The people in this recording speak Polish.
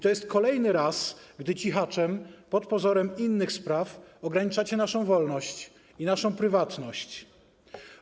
To jest kolejny raz, gdy cichaczem, pod pozorem innych spraw ograniczacie naszą wolność i naszą prywatność.